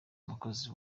umukozi